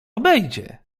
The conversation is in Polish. obejdzie